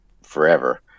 forever